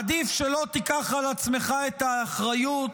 עדיף שלא תיקח על עצמך את האחריות